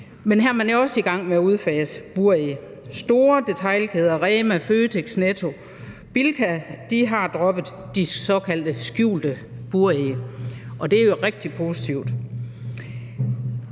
men her er man også i gang med udfase buræg. Store detailkæder som REMA 1000, Føtex, Netto og Bilka har droppet de såkaldte skjulte buræg, og det er jo rigtig positivt.